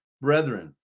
brethren